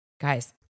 Guys